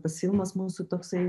pasyvumas mūsų toksai